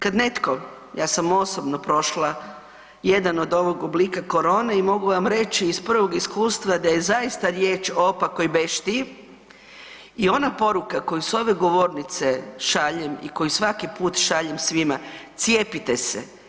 Kad netko, ja sam osobno prošla jedan od ovog oblika korone i mogu vam reći iz prvog iskustva da je zaista riječ o opakoj beštiji i ona poruka koju s ove govornice šaljem i koju svaki put šaljem svima, cijepite se.